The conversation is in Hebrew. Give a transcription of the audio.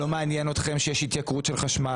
לא מעניין אתכם שהחשמל מתייקר,